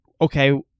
okay